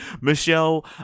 Michelle